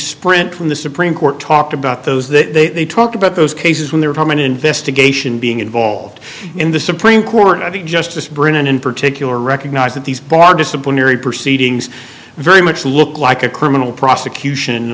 sprint from the supreme court talked about those that they talk about those cases when they're from an investigation being involved in the supreme court i think justice brennan in particular recognize that these bar disciplinary proceedings very much look like a criminal prosecution